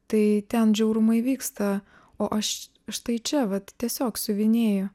tai ten žiaurumai vyksta o aš štai čia vat tiesiog siuvinėju